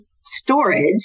storage